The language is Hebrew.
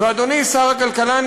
ואדוני שר הכלכלה,